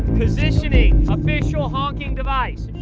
positioning official honking device.